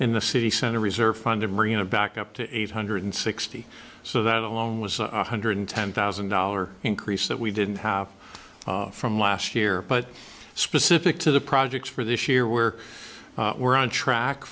in the city center reserve fund to bring it back up to eight hundred sixty so that alone was one hundred ten thousand dollar increase that we didn't have from last year but specific to the projects for this year where we're on track